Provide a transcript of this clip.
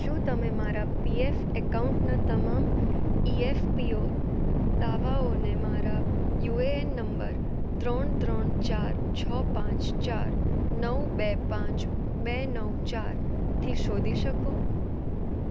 શું તમે મારા પીએફ એકાઉન્ટના તમામ ઇએફપીઓ દાવાઓને મારા યુએએન નંબર ત્રણ ત્રણ ચાર છ પાંચ ચાર નવ બે પાંચ બે નવ ચાર થી શોધી શકો